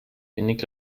wenig